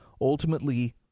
ultimately